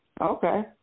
Okay